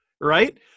right